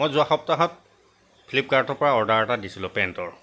মই যোৱা সপ্তাহত ফ্লিপকাৰ্টৰ পৰা অৰ্ডাৰ এটা দিছিলোঁ পেণ্টৰ